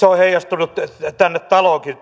on heijastunut tänne taloonkin